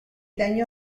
daño